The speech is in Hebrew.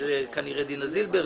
שזאת כנראה דינה זילבר.